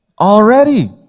already